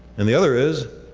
and the other is